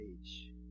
age